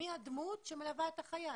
מי הדמות שמלווה את החייל?